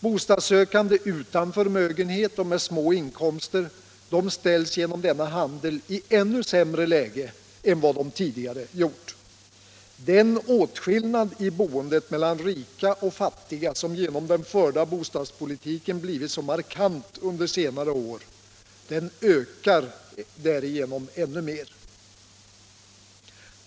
Bostadssökande utan förmögenhet och med små inkomster ställs genom denna handel i ännu sämre läge än tidigare. Den åtskillnad i boendet mellan rika och fattiga som genom den förda bostadspolitiken blivit så markant under senare år ökar därigenom ännu mera.